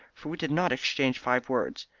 for we did not exchange five words.